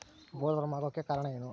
Bollworm ಆಗೋಕೆ ಕಾರಣ ಏನು?